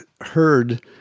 heard